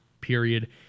period